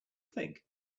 think